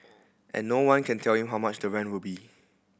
and no one can tell them how much the rent will be